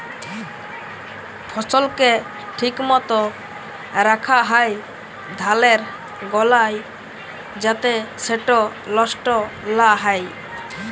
ফসলকে ঠিক মত রাখ্যা হ্যয় ধালের গলায় যাতে সেট লষ্ট লা হ্যয়